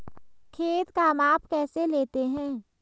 खेत का माप कैसे लेते हैं?